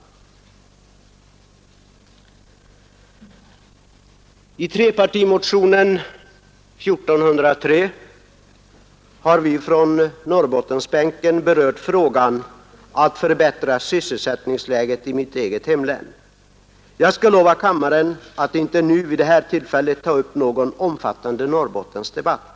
I trepartimotionen 1403 har vi från Norrbottensbänken berört frågan om att förbättra sysselsättningsläget i mitt eget hemlän. Jag skall lova kammaren att inte vid det här tillfället ta upp någon omfattande Norrbottensdebatt.